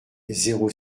zéro